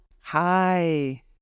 Hi